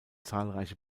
zahlreiche